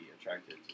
attracted